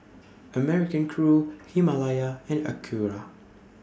American Crew Himalaya and Acura